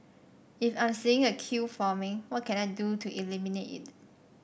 if I'm seeing a queue forming what can I do to eliminate it